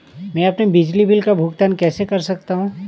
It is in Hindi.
मैं अपने बिजली बिल का भुगतान कैसे कर सकता हूँ?